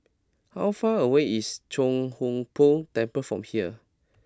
how far away is Chia Hung Boo Temple from here